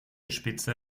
spitze